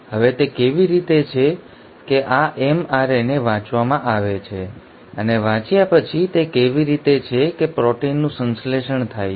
હવે તે કેવી રીતે છે કે આ mRNA વાંચવામાં આવે છે અને વાંચ્યા પછી તે કેવી રીતે છે કે પ્રોટીનનું સંશ્લેષણ થાય છે